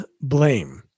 blame